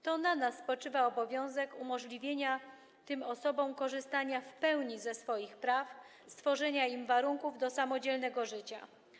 To na nas spoczywa obowiązek umożliwienia tym osobom korzystania w pełni ze swoich praw, stworzenia im warunków do samodzielnego życia.